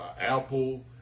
Apple